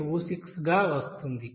5826 గా వస్తుంది